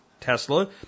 Tesla